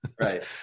Right